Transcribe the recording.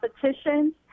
competitions